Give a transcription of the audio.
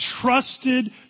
trusted